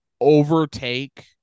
overtake